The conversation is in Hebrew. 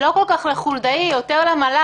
היא לא כל כך לחולדאי, היא יותר למל"ל.